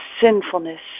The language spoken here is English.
sinfulness